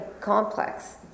complex